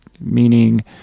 meaning